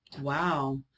Wow